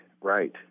right